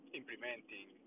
implementing